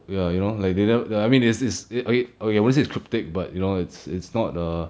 ya you know like they the I mean there's this okay okay I won't say cryptic but you know it's it's not err